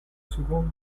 seconde